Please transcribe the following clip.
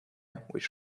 which